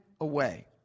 away